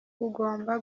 ugomba